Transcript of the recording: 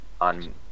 on